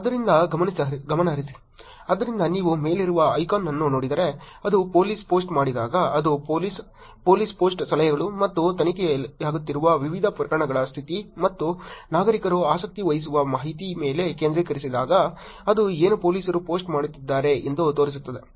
ಆದ್ದರಿಂದ ಗಮನಹರಿಸಿ ಆದ್ದರಿಂದ ನೀವು ಮೇಲಿರುವ ಐಕಾನ್ ಅನ್ನು ನೋಡಿದರೆ ಅದು ಪೊಲೀಸ್ ಪೋಸ್ಟ್ ಮಾಡಿದಾಗ ಅದು ಪೊಲೀಸ್ ಪೊಲೀಸ್ ಪೋಸ್ಟ್ ಸಲಹೆಗಳು ಮತ್ತು ತನಿಖೆಯಾಗುತ್ತಿರುವ ವಿವಿಧ ಪ್ರಕರಣಗಳ ಸ್ಥಿತಿ ಮತ್ತು ನಾಗರಿಕರು ಆಸಕ್ತಿ ವಹಿಸುವ ಮಾಹಿತಿಯ ಮೇಲೆ ಕೇಂದ್ರೀಕರಿಸಿದಾಗ ಅದು ಏನು ಪೊಲೀಸರು ಪೋಸ್ಟ್ ಮಾಡುತ್ತಿದ್ದಾರೆ ಎಂದು ತೋರಿಸುತ್ತದೆ